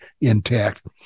intact